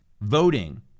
voting